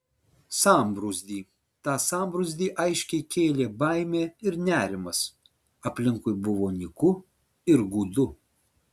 sambrūzdį tą sambrūzdį aiškiai kėlė baimė ir nerimas aplinkui buvo nyku ir gūdu